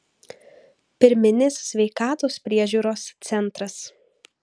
pirminės sveikatos priežiūros centras